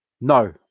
No